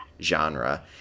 genre